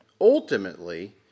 ultimately